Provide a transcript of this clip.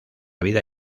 vida